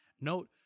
Note